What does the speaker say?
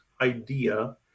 idea